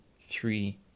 three